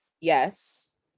yes